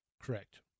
Correct